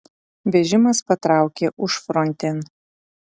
vežimas patraukė užfrontėn